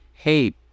hey